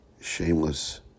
shameless